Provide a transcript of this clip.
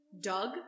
Doug